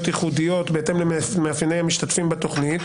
ייחודיות בהתאם למאפייני המשתתפים בתוכנית.